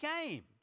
came